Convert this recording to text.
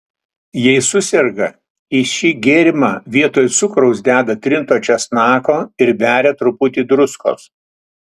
jei suserga į šį gėrimą vietoj cukraus deda trinto česnako ir beria truputį druskos